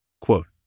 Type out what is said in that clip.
Quote